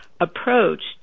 approached